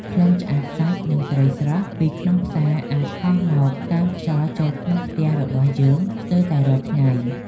ក្លិនឆ្អាតសាច់និងត្រីស្រស់ពីក្នុងផ្សារអាចហោះមកតាមខ្យល់ចូលក្នុងផ្ទះរបស់យើងស្ទើរតែរាល់ថ្ងៃ។